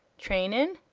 train in?